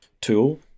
tool